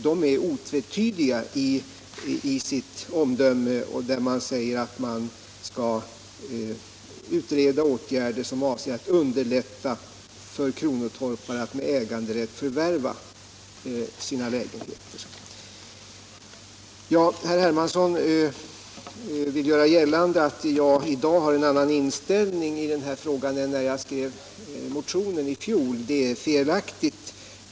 De är otvetydiga i sitt omdöme, där det sägs att man skall utreda ”åtgärder som avser att underlätta för kronotorpare att med äganderätt förvärva” sina lägenheter. Herr Hermansson vill göra gällande att jag i dag har en annan inställning till frågan än när jag skrev motionen i fjol, men detta är felaktigt.